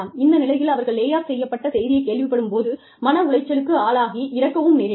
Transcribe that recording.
இந்த நிலையில் அவர்கள் லே ஆஃப் செய்யப்பட்ட செய்தியைக் கேள்விப்படும் போது மன உளைச்சலுக்கு ஆளாகி இறக்கவும் நேரிடலாம்